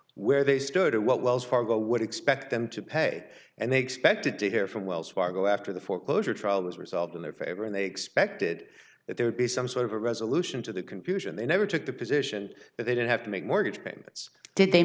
what wells fargo would expect them to pay and they expected to hear from wells fargo after the foreclosure trial was resolved in their favor and they expected that there would be some sort of a resolution to the confusion they never took the position that they didn't have to make mortgage payments did they